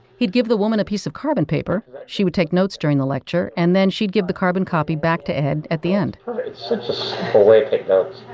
he'd give the woman a piece of carbon paper she would take notes during the lecture and then she'd give the carbon copy back to ed at the end way to take notes.